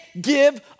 give